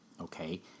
Okay